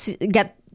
get